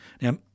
Now